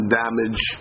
damage